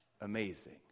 amazing